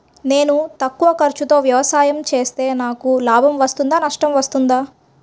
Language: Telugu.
నేను తక్కువ ఖర్చుతో వ్యవసాయం చేస్తే నాకు లాభం వస్తుందా నష్టం వస్తుందా?